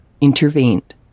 intervened